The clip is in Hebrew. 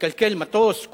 מתקלקל מטוס,